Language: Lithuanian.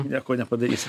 nieko nepadarysi